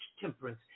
temperance